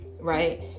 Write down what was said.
right